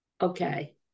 okay